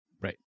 Right